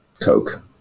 Coke